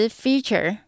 feature